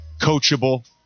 coachable